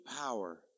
power